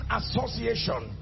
association